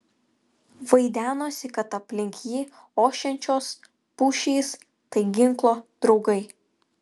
vaidenosi kad aplink jį ošiančios pušys tai ginklo draugai